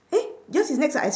eh yours is next the ice